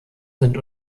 sind